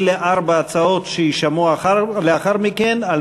אלה ארבע ההצעות שיישמעו לאחר מכן על